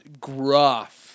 gruff